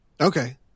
Okay